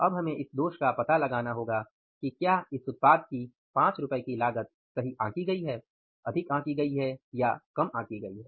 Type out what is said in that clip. अब हमें इस दोष का पता लगाना होगा कि क्या इस उत्पाद की 5 रु की लागत सही आंकी गई है अधिक आंकी गई है या कम आंकी गई है